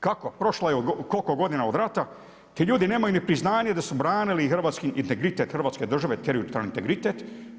Kako, prošlo je koliko godina od rata, ti ljudi nemaju ni priznanje da su branili hrvatski integritet, Hrvatske države, teritorijalni integritet.